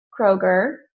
Kroger